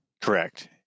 Correct